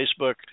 Facebook